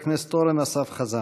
חבר הכנסת אורן אסף חזן.